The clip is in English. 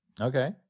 Okay